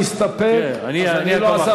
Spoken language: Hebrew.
אם אדוני מסתפק, אני לא אעשה הצבעה.